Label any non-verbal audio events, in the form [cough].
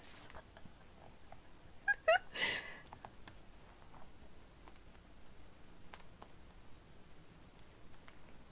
[laughs] [breath]